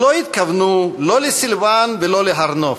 לא התכוונו לסילואן ולא להר-נוף,